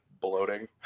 bloating